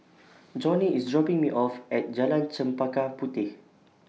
Joni IS dropping Me off At Jalan Chempaka Puteh